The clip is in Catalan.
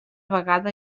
vegada